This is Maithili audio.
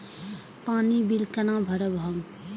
पानी बील केना भरब हम?